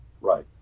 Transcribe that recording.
right